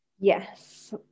Yes